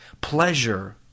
pleasure